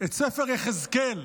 את ספר יחזקאל,